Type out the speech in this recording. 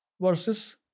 versus